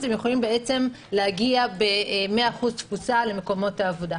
הם יכולים בעצם להגיע ב-100% תפוסה למקומות העבודה.